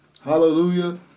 hallelujah